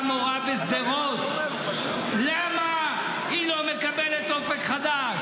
מורה בשדרות, למה היא לא מקבלת אופק חדש?